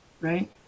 right